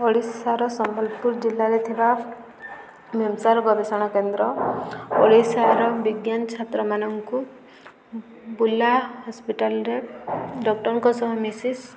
ଓଡ଼ିଶାର ସମ୍ବଲପୁର ଜିଲ୍ଲାରେ ଥିବା ମେମ୍ସାର ଗବେଷଣ କେନ୍ଦ୍ର ଓଡ଼ିଶାର ବିଜ୍ଞାନ ଛାତ୍ରମାନଙ୍କୁ ବୁର୍ଲା ହସ୍ପିଟାଲ୍ରେ ଡକ୍ଟରଙ୍କ ସହ ମିସିିସ୍